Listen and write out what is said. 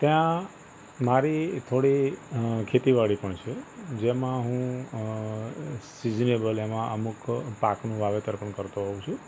ત્યાં મારી થોડી અ ખેતીવાડી પણ છે જેમાં હું અ સીઝનેબલ એમાં અમુક પાકનું વાવેતર પણ કરતો હોઉં છું